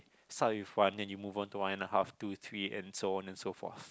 start with one then you move on to one and a half two three and so on and so fourth